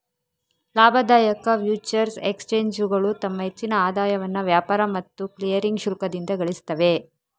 ಲಾಭದಾಯಕ ಫ್ಯೂಚರ್ಸ್ ಎಕ್ಸ್ಚೇಂಜುಗಳು ತಮ್ಮ ಹೆಚ್ಚಿನ ಆದಾಯವನ್ನ ವ್ಯಾಪಾರ ಮತ್ತು ಕ್ಲಿಯರಿಂಗ್ ಶುಲ್ಕದಿಂದ ಗಳಿಸ್ತವೆ